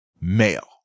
male